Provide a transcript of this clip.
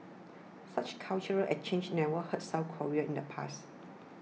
such cultural exchanges never hurt South Korea in the past